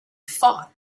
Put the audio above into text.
fought